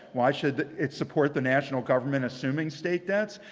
why should it support the national government assuming state debts?